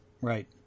Right